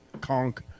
conk